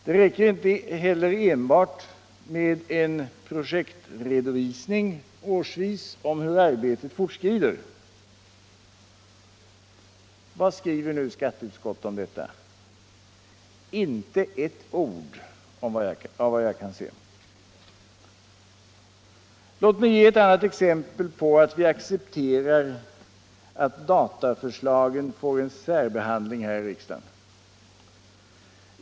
Det räcker inte heller med enbart en projektredovisning årsvis om hur arbetet fortskrider. Vad skriver då skatteutskottet om detta? Inte ett ord vad jag kan se. Låt mig ge ett annat exempel på att vi accepterar att dataförslag får en särbehandling här i riksdagen.